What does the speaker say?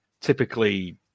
typically